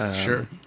sure